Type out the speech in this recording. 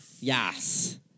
Yes